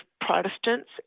Protestants